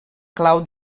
clau